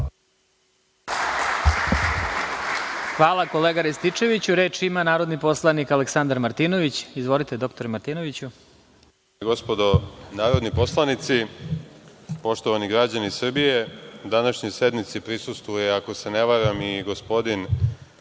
Hvala, kolega Rističeviću. Reč ima narodni poslanik Aleksandar Martinović. Izvolite. **Aleksandar Martinović** Gospodo narodni poslanici, poštovani građani Srbije, današnjoj sednici prisustvuje, ako se ne varam i gospodin